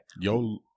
yo